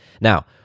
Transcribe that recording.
Now